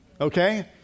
Okay